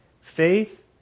Faith